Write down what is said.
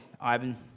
Ivan